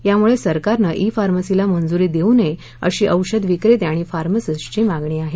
त्यामुळे सरकारने ई फार्मसीला मंजूरी देऊ नये अशी औषधविक्रेते आणि फार्मासिस्टची मागणी आहे